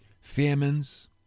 famines